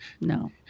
no